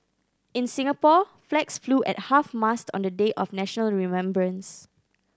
in Singapore flags flew at half mast on the day of national remembrance